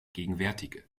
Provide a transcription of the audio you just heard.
gegenwärtige